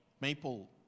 maple